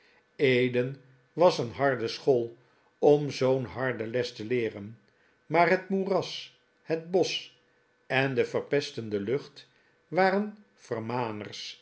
eden was een harde school om zoo'n harde les te leeren maar het moeras het bosch en de verpestende lucht waren vermaners